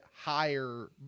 higher